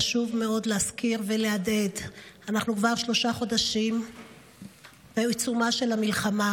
חשוב מאוד להזכיר ולהדהד: אנחנו כבר שלושה חודשים בעיצומה של המלחמה.